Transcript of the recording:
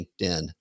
LinkedIn